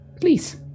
please